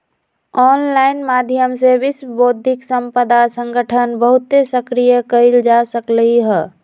online माध्यम से विश्व बौद्धिक संपदा संगठन बहुते सक्रिय कएल जा सकलई ह